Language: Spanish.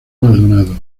maldonado